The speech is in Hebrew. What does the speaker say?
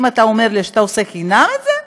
אם אתה אומר לי שאתה עושה חינם את זה,